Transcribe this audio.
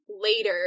later